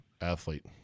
athlete